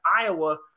Iowa